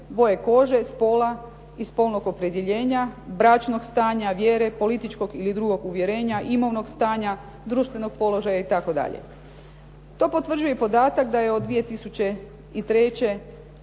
boje kože, spola i spolnog opredjeljenja, bračnog stanja, vjere, političkog ili drugog uvjerenja, imovnog stanja, društvenog položaja itd. To potvrđuje i podatak da je od 2003.